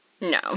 No